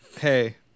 hey